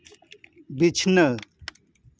ᱵᱤᱪᱷᱱᱟᱹ